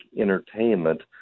entertainment